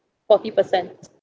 forty percent